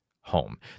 home